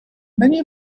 many